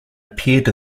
appeared